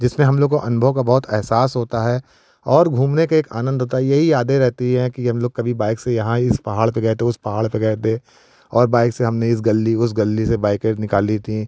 जिसमें हम लोग को अनुभव का बहुत अहसास होता है और घूमने का एक आनंद होता है यही यादें रहती हैं कि हम लोग कभी बाइक से यहाँ इस पहाड़ पे गए थे उस पहाड़ पे गए थे और बाइक से हमने इस गली उस गली से बाइकें निकाली थीं